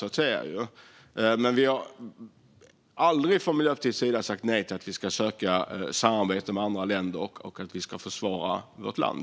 Miljöpartiet har aldrig sagt nej till att söka samarbete med andra länder och försvara vårt land.